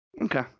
Okay